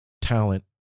talent